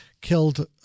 killed